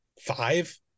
five